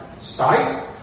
sight